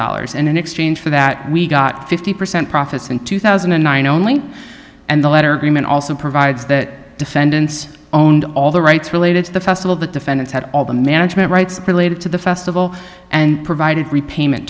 dollars and in exchange for that we got fifty percent profits in two thousand and nine only and the letter greenman also provides that defendants owned all the rights related to the festival the defendants had all the management rights plated to the festival and provided repayment